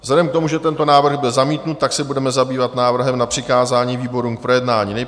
Vzhledem k tomu, že tento návrh byl zamítnut, tak se budeme zabývat návrhem na přikázání výborům k projednání.